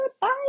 Bye